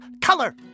color